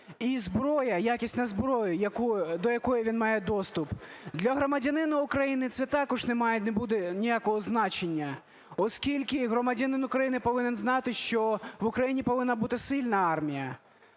і зброя, якісна зброя, до якої він має доступ. Для громадянина України це також не має ніякого значення, оскільки громадянин України повинен знати, що в Україні повинна бути сильна армія.